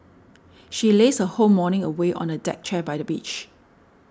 she lazed her whole morning away on a deck chair by the beach